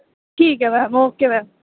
ठीक ऐ ma'am okay ma'am